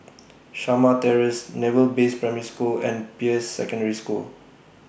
Shamah Terrace Naval Base Primary School and Peirce Secondary School